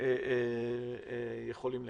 יכולים לקבל.